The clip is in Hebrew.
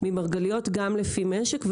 ממרגליות גם לפי משק,